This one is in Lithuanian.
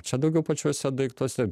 čia daugiau pačiuose daiktuose